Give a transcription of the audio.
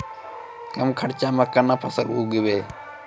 कम खर्चा म केना फसल उगैबै?